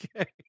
Okay